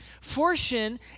Fortune